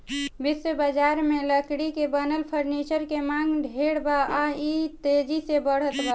विश्व बजार में लकड़ी से बनल फर्नीचर के मांग ढेर बा आ इ तेजी से बढ़ते बा